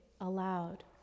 aloud